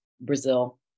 Brazil